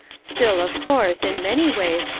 still, of course, in many ways,